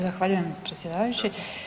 Zahvaljujem predsjedavajući.